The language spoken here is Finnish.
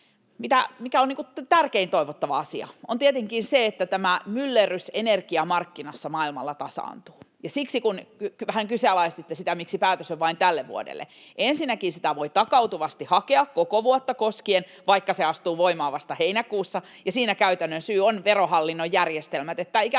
käteen. Tärkein toivottava asia on tietenkin se, että tämä myllerrys energiamarkkinoilla maailmalla tasaantuu. Kun vähän kyseenalaistitte sitä, miksi päätös on vain tälle vuodelle, niin ensinnäkin sitä voi takautuvasti hakea koko vuotta koskien, vaikka se astuu voimaan vasta heinäkuussa. Siinä käytännön syy on Verohallinnon järjestelmät,